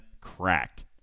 cracked